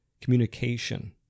communication